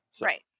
Right